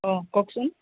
অঁ কওকচোন